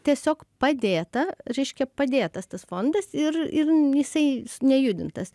tiesiog padėta reiškia padėtas tas fondas ir ir jisai nejudintas